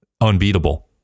unbeatable